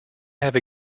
have